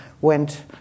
went